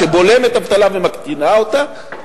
שבולמת אבטלה ומקטינה אותה,